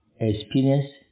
experience